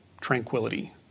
tranquility